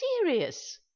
serious